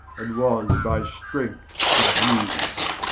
and was by strength subdude.